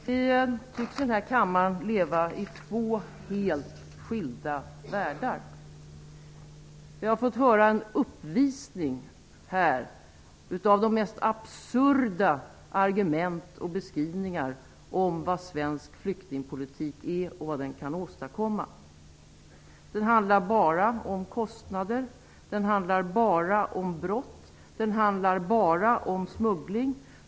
Vi tycks i denna kammare leva i två helt skilda världar. Vi har fått höra en uppvisning av de mest absurda argument och beskrivningar av vad svensk flyktingpolitik är och vad den kan åstadkomma. Flyktingpolitiken handlar bara om kostnader. Den handlar bara om brott. Den handlar bara om smuggling.